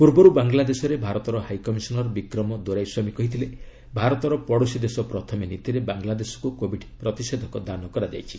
ପୂର୍ବରୁ ବାଙ୍ଗ୍ଲାଦେଶରେ ଭାରତର ହାଇ କମିଶନର୍ ବିକ୍ରମ ଦୋରାଇସ୍ୱାମୀ କହିଥିଲେ ଭାରତର 'ପଡ଼ୋଶୀ ଦେଶ ପ୍ରଥମେ' ନୀତିରେ ବାଙ୍ଗ୍ଲାଦେଶକୁ କୋବିଡ୍ ପ୍ରତିଷେଧକ ଦାନ କରାଯାଇଛି